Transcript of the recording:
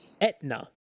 Etna